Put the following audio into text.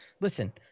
listen